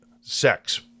sex